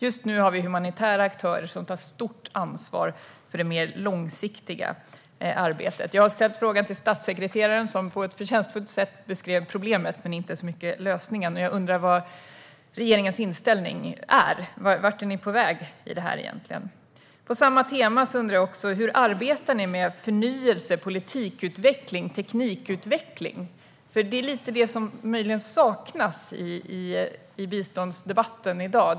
Just nu har vi humanitära aktörer som tar stort ansvar för det mer långsiktiga arbetet. Jag har ställt frågan till statssekreteraren, som på ett förtjänstfullt sätt beskrev problemet men inte så mycket av lösningen. Jag undrar vilken regeringens inställning är. Vart är ni på väg i det här? På samma tema undrar jag också hur ni arbetar med förnyelse, politikutveckling och teknikutveckling. Det är möjligen det som saknas i biståndsdebatten i dag.